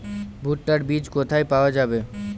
ভুট্টার বিজ কোথায় পাওয়া যাবে?